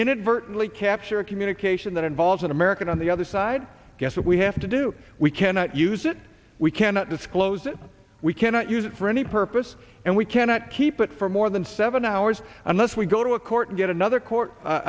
inadvertently capture a communication that involves an american on the other side guess what we have to do we cannot use it we cannot disclose it we cannot use it for any purpose and we cannot keep it for more than seven hours unless we go to a court and get another court